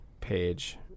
page